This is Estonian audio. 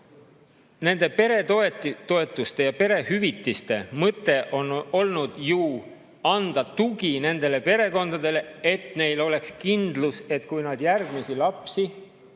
Nende peretoetuste ja perehüvitiste mõte on ju olnud anda tugi perekondadele, et neil oleks kindlus, et kui nad järgmisi lapsi